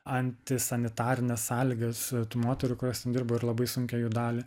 antisanitarines sąlygas tų moterų kurios ten dirbo ir labai sunkią jų dalią